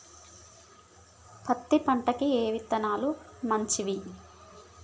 పత్తి పంటకి ఏ విత్తనాలు మంచివి?